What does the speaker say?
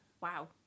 Wow